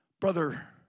brother